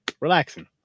relaxing